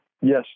Yes